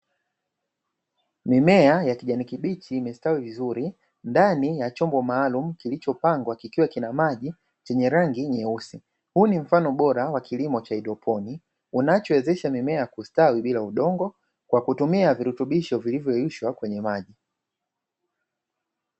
Mimea ya kijani kibichi imestawi vizuri ndani ya chombo maalumu kilichopangwa kikiwa kina maji chenye rangi nyeusi, huu ni mfano bora wa kilimo cha edoponi unachowezesha mimea ya kustawi bila udongo kwa kutumia virutubisho vilivyoyeyushwa kwenye maji.